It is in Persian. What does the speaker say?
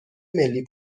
ملی